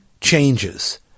changes